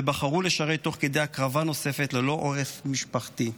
ובחרו לשרת תוך כדי הקרבה נוספת ללא עורף משפחתי.